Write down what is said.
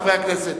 חברי הכנסת,